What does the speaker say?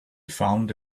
found